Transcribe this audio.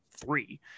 Three